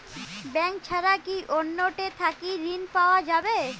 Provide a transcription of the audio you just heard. Bank ছাড়া কি অন্য টে থাকি ঋণ পাওয়া যাবে?